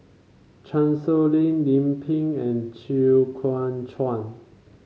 Chan Sow Lin Lim Pin and Chew Kuang Chuan